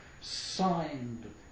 signed